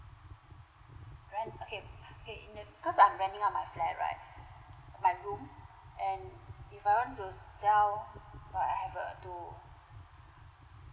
rent okay okay in it cause I'm renting out my flat right my room and if I want to sell but I have a to